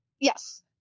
Yes